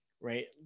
right